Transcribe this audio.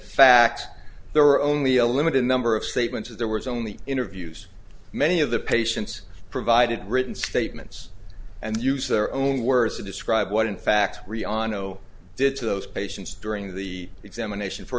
fact there are only a limited number of statements that there was only interviews many of the patients provided written statements and use their own words to describe what in fact re on no did to those patients during the examination for